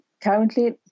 currently